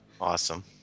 Awesome